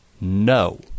No